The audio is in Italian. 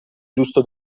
giusto